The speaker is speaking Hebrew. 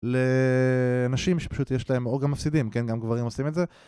לנשים שפשוט יש להם או גם מפסידים כן גם גברים עושים את זה